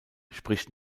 spricht